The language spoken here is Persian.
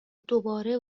دوباره